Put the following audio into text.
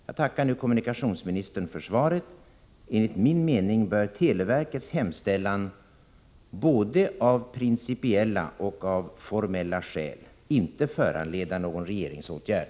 Jag tackar kommunikationsministern för svaret. Enligt min mening bör televerkets hemställan både av principiella och av formella skäl inte föranleda någon regeringsåtgärd.